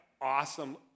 awesome